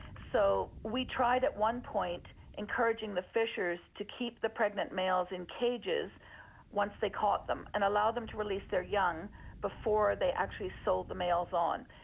so we tried at one point encouraging the fishers to keep the pregnant males in cages once they caught them, and allow them to release their young before they actually sold the males on.